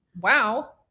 wow